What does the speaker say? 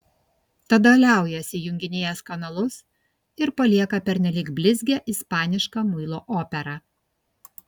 tada liaujasi junginėjęs kanalus ir palieka pernelyg blizgią ispanišką muilo operą